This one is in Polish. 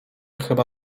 chyba